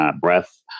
breath